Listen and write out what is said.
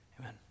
Amen